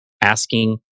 Asking